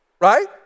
right